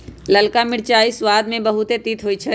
ललका मिरचाइ सबाद में बहुते तित होइ छइ